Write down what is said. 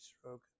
stroke